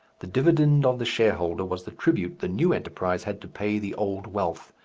the dividend of the shareholder was the tribute the new enterprise had to pay the old wealth.